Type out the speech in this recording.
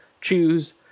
choose